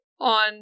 on